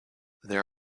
there